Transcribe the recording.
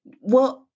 well-